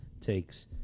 takes